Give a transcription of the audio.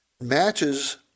matches